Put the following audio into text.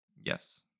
Yes